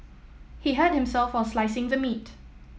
he hurt himself while slicing the meat